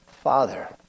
Father